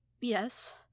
Yes